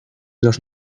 los